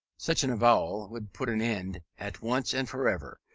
such an avowal would put an end, at once and for ever,